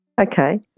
Okay